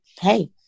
hey